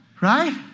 Right